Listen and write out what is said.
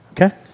Okay